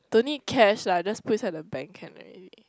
don't need cash lah just put inside the bank can already